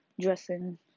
dressing